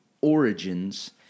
origins